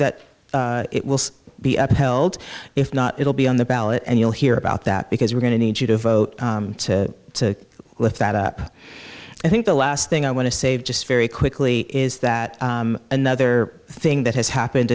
that it will be upheld if not it'll be on the ballot and you'll hear about that because we're going to need you to vote to lift that up i think the last thing i want to save just very quickly is that another thing that has happened